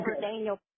Daniel